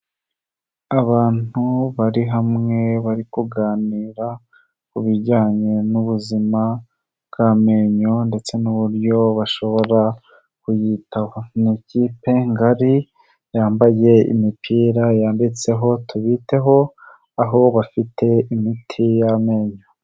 Abantu bari hamwe bari kuganira kubijyanye n'ubuzima bw'amenyo ndetse n'uburyo bashobora kuyitaho, ni ikipe ngari yambaye imipira yanditseho tubiteho aho bafite imiti y'amenyo.